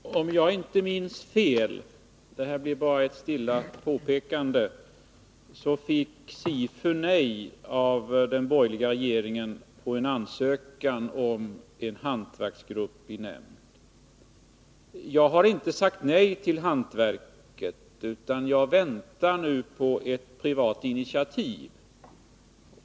Fru talman! Om jag inte minns fel — detta blir bara ett stilla påpekande — fick SIFU nej av den borgerliga regeringen på en ansökan om en hantverksgrupp. Jag har inte sagt nej till hantverket, utan jag väntar nu på privata initiativ.